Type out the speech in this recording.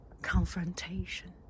confrontation